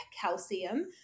calcium